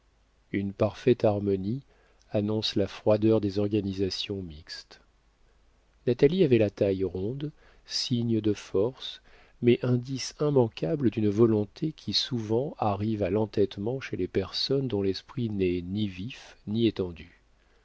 une parfaite harmonie annonce la froideur des organisations mixtes natalie avait la taille ronde signe de force mais indice immanquable d'une volonté qui souvent arrive à l'entêtement chez les personnes dont l'esprit n'est ni vif ni étendu